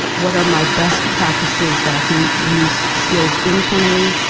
what are my best practices that i can use skills internally?